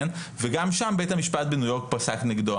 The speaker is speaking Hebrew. כן וגם שם בית המשפט בניו יורק פסק נגדו,